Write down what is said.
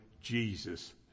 Jesus